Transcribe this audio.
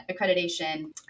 accreditation